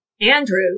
Andrew